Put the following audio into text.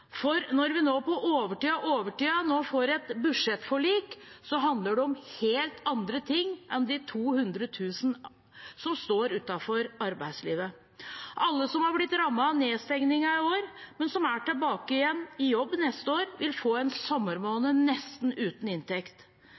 for når vi nå på overtid av overtida får et budsjettforlik, handler det om helt andre ting enn de 200 000 som står utenfor arbeidslivet. Alle som har blitt rammet av nedstengningen i år, men som er tilbake i jobb neste år, vil få en sommermåned nesten uten inntekt.